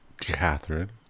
Catherine